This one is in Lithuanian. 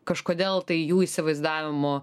kažkodėl tai jų įsivaizdavimu